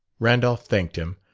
randolph thanked him,